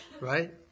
right